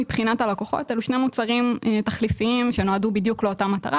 מבחינת הלקוחות אלה שני מוצרים תחליפיים שנועדו בדיוק לאותה מטרה,